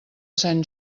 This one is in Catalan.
sant